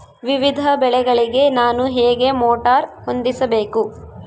ವಿವಿಧ ಬೆಳೆಗಳಿಗೆ ನಾನು ಹೇಗೆ ಮೋಟಾರ್ ಹೊಂದಿಸಬೇಕು?